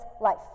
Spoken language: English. life